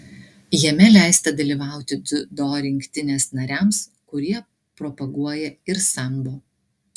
jame leista dalyvauti dziudo rinktinės nariams kurie propaguoja ir sambo